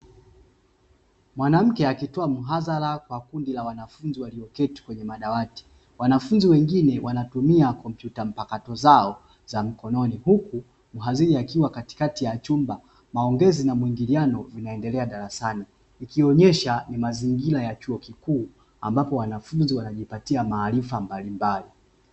Mwanamke akitoa muhadhara kwa kundi la wanafunzi walioketi kwenye madawati, wanafunzi wengine wanatumia kompyuta mpakato zao za mkononi, huku mhadhiri akiwa katikati ya chumba maongezi na muingiliano vinaendelea darasani ukionyesha ni mazingira ya chuo kikuu, ambapo wanafunzi wanajipatia maarifa mbalimbali.